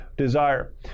desire